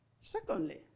Secondly